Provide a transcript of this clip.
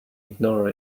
ignore